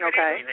Okay